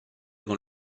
con